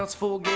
for